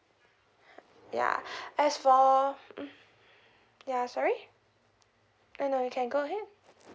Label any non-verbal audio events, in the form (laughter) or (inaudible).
ya (breath) as for mm ya sorry uh no you can go ahead